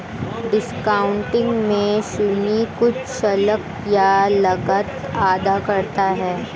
discounting में ऋणी कुछ शुल्क या लागत अदा करता है